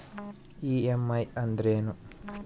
EMI ಅಂದ್ರೇನು?